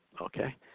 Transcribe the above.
Okay